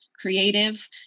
creative